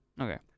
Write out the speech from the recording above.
Okay